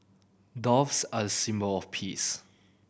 doves are a symbol of peace